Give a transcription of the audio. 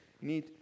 need